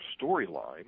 storyline –